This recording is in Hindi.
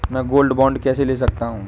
मैं गोल्ड बॉन्ड कैसे ले सकता हूँ?